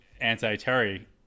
anti-terry